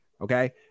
Okay